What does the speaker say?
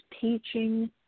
teaching